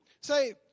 say